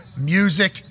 music